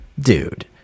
dude